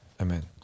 Amen